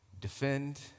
defend